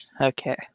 Okay